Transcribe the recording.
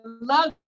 love